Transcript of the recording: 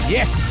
Yes